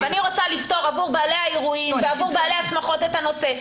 אני רוצה לפתור עבור בעלי האירועים ועבור בעלי השמחות את הנושא,